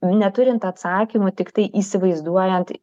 neturint atsakymų tiktai įsivaizduojant